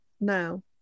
now